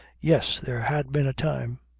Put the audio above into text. yes, there had been a time!